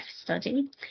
study